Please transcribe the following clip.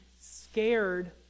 scared